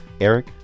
Eric